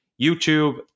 YouTube